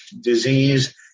disease